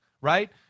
right